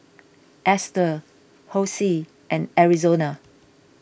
Esther Hosie and Arizona